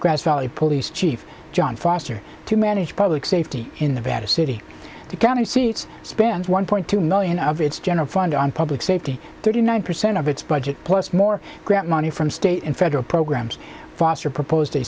grass valley police chief john foster to manage public safety in the battle city the county seats spend one point two million of its general fund on public safety thirty nine percent of its budget plus more grant money from state and federal programs foster proposed